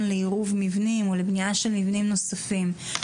לעירוב מבנים או לבנייה של מבנים נוספים.